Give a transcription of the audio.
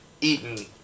eaten